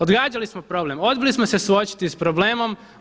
Odgađali smo problem, odbili smo se suočiti sa problemom.